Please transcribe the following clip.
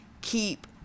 keep